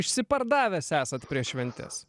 išsipardavęs esat prieš šventes